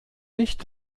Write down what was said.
nicht